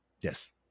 yes